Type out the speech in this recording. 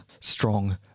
strong